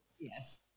Yes